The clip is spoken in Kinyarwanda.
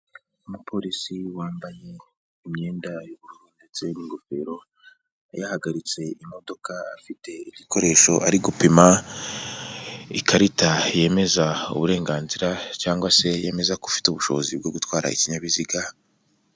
Umupolisi wambaye imyenda y'ubururu ndetse n'ingofero, yahagaritse imodoka afite igikoresho ari gupima, ikarita yemeza uburenganzira cyangwa se yemeza ko ufite ubushobozi bwo gutwara ikinyabiziga.